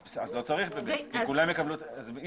אז לא צריך באמת, כי כולם יקבלו אם